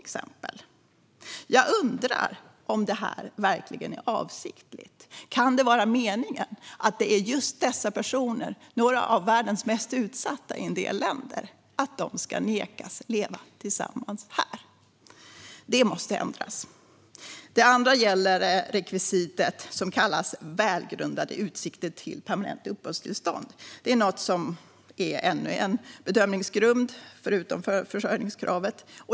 Jag undrar om det verkligen är avsiktligt. Kan det vara meningen att det är just dessa personer, några av världens mest utsatta i en del länder, som ska nekas att leva tillsammans här? Det måste ändras. Det andra gäller rekvisitet välgrundade utsikter till permanent uppehållstillstånd. Det är något som är ännu en bedömningsgrund, förutom försörjningskravet.